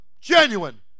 genuine